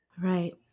Right